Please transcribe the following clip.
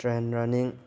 trail running